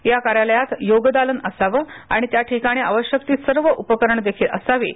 या कार्यालयात योगदालन असाव आणि त्या ठिकाणी आवश्यक ती सर्व उपकरणेदेखील असावीत